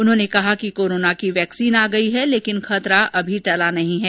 उन्होंने कहा कि कोरोना की वैक्सीन आ गई है लेकिन खतरा अभी टला नहीं है